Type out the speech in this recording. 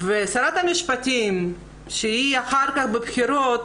שרת המשפטים שאחר כך בבחירת